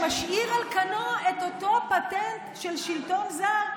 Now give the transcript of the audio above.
משאיר על כנו את אותו פטנט של שלטון זר,